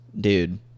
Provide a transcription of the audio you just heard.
dude